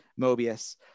Mobius